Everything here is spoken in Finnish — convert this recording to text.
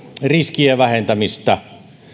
riskien vähentämistä